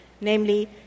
Namely